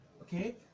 Okay